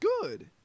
good